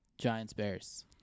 Giants-Bears